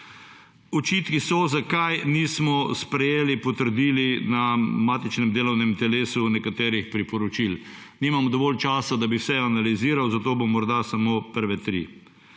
Očitki so, zakaj nismo sprejeli, potrdili na matičnem delovnem telesu nekaterih priporočil. Nimamo dovolj časa, da bi vse analiziral, zato bom morda samo prve tri.